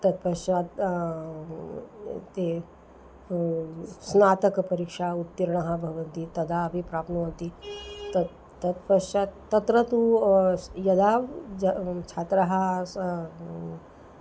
तत्पश्चात् ते स्नातकपरीक्षा उत्तीर्णाः भवन्ति तदा अपि प्राप्नुवन्ति तत् तत्पश्चात् तत्र तु यदा ज छात्राः